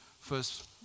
First